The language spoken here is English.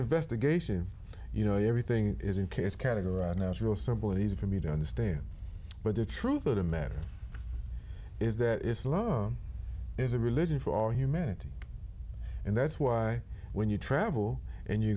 investigation you know everything is in case categorize natural simple easy for me to understand but the truth of the matter is that islam is a religion for all humanity and that's why when you travel and you